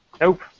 Nope